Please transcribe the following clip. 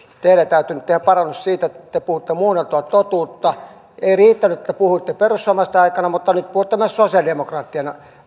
teidän täytyy nyt tehdä parannus siitä että te puhutte muunneltua totuutta ei riittänyt että te puhuitte perussuomalaisten aikana mutta nyt puhutte myös sosialidemokraattien